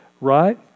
Right